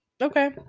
okay